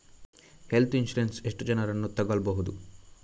Health insurance ಎಷ್ಟು ಜನರನ್ನು ತಗೊಳ್ಬಹುದು?